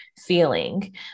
feeling